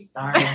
Sorry